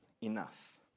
enough